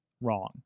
Wrong